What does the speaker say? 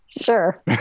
Sure